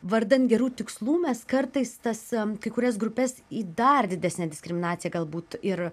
vardan gerų tikslų mes kartais tas kai kurias grupes į dar didesnę diskriminaciją galbūt ir